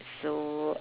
so